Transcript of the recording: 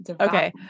okay